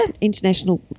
international